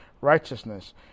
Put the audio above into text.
righteousness